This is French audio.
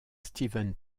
steven